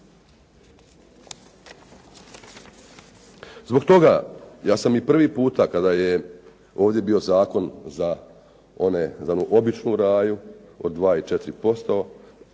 Zbog toga, ja sam i prvi puta kada je ovdje bio zakon za one, za onu običnu raju od 2 i 4%,